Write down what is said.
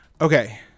Okay